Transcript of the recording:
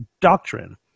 doctrine